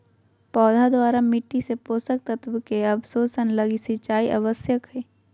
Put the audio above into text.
पौधा द्वारा मिट्टी से पोषक तत्व के अवशोषण लगी सिंचाई आवश्यक हइ